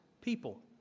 people